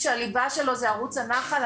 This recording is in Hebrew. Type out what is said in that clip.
כשהליבה שלו זה ערוץ הנחל.